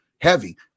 heavy